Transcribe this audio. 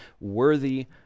worthy